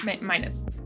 Minus